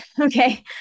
Okay